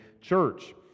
church